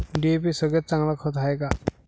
DAP सगळ्यात चांगलं खत हाये का?